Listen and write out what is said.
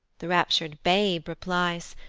the raptur'd babe replies,